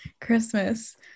Christmas